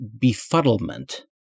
befuddlement